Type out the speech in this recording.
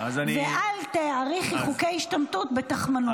ואל תאריכי חוקי השתמטות בתחמנות.